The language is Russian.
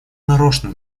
нарочно